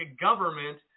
government